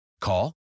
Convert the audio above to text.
Call